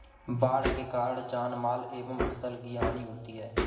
बाढ़ के कारण जानमाल एवं फसल की हानि होती है